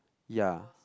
ya